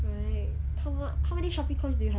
right how many shopee coins do you have